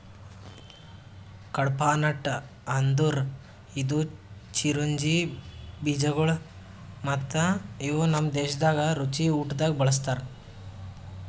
ಕಡ್ಪಾಹ್ನಟ್ ಅಂದುರ್ ಇದು ಚಿರೊಂಜಿ ಬೀಜಗೊಳ್ ಮತ್ತ ಇವು ನಮ್ ದೇಶದಾಗ್ ರುಚಿ ಊಟ್ದಾಗ್ ಬಳ್ಸತಾರ್